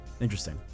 Interesting